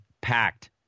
packed